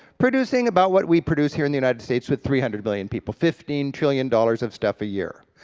producing about what we produce here in the united states with three hundred million, people, fifteen trillion dollars of stuff a year.